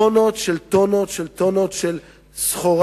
טונות על טונות על טונות של סחורה,